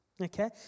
Okay